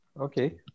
Okay